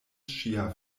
ŝia